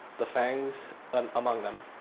the fangs and among them,